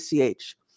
ACH